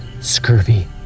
scurvy